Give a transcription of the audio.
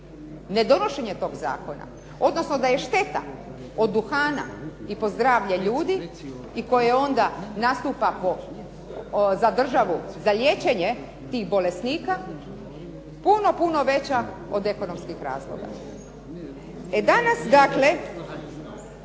nedonošenje tog zakona, odnosno da je šteta od duhana i po zdravlje ljudi i koje onda nastupa za državu, za liječenje tih bolesnika, puno, puno veća od ekonomskih razloga.